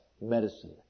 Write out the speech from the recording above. medicine